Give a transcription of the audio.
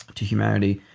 to humanity.